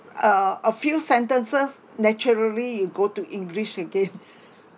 uh a few sentences naturally you go to english again